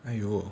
!aiyo!